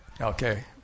Okay